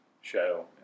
show